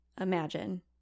imagine